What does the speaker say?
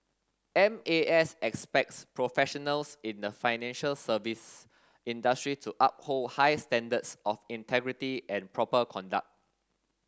M A S expects professionals in the financial service industry to uphold high standards of integrity and proper conduct